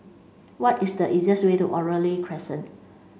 what is the easiest way to Oriole Crescent